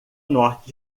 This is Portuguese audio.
norte